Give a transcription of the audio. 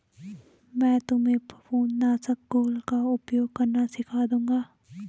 मैं तुम्हें फफूंद नाशक घोल का उपयोग करना सिखा दूंगा